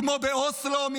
כמו באוסלו,